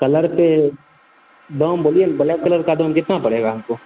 colour पर दाम बोलिए ना ब्लैक कलर का कितना दाम पड़ेगा हमको